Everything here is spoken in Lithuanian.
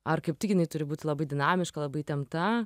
ar kaip tik jinai turi būti labai dinamiška labai įtempta